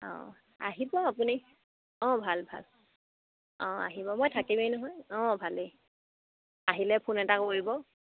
অঁ আহিব আপুনি অঁ ভাল ভাল অঁ আহিব মই থাকিমেই নহয় অঁ ভালেই আহিলে ফোন এটা কৰিব